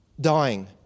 dying